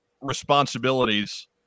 responsibilities